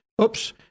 oops